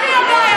אני הבעיה שלך.